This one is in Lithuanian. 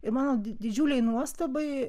ir mano didžiulei nuostabai